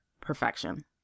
perfection